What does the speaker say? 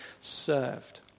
served